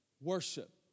worship